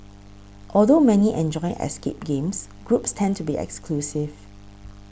although many enjoy escape games groups tend to be exclusive